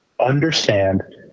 understand